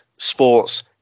Sports